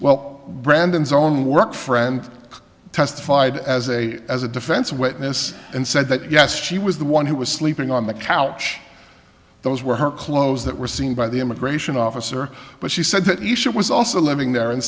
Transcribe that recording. well branden's own the work friend testified as a as a defense witness and said that yes she was the one who was sleeping on the couch those were her clothes that were seen by the immigration officer but she said that if she was also living there and